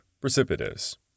precipitous